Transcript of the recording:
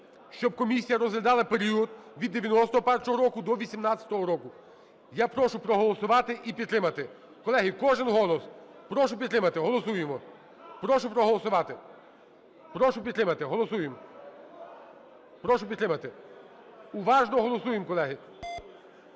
Щоб комісія розглядала період від 91-го року до 18-го року. Я прошу проголосувати і підтримати. Колеги, кожен голос, прошу підтримати, голосуємо. Прошу проголосувати. Прошу підтримати, голосуємо. Прошу підтримати. Уважно голосуємо, колеги.